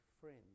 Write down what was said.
friends